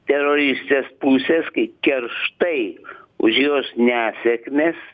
teroristės pusės kai kerštai už jos nesėkmės